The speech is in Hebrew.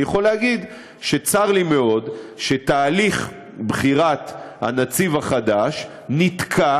אני יכול להגיד שצר לי מאוד שתהליך בחירת הנציב החדש נתקע